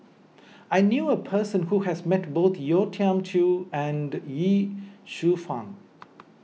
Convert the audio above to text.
I knew a person who has met both Yeo Tiam Siew and Ye Shufang